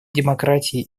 демократии